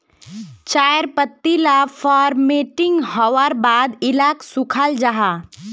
चायर पत्ती ला फोर्मटिंग होवार बाद इलाक सुखाल जाहा